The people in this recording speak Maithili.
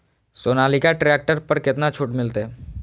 सोनालिका ट्रैक्टर पर केतना छूट मिलते?